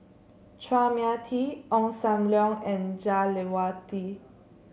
Chua Mia Tee Ong Sam Leong and Jah Lelawati